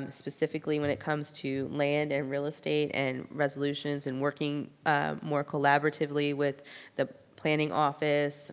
um specifically when it comes to land and real estate and resolutions and working more collaboratively with the planning office